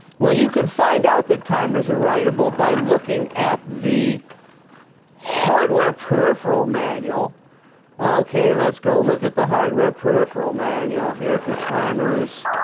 well you can find out that timers are writable by looking at the hardware peripheral manual ok let's go look at the hardware peripheral manual here for timers